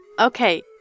Okay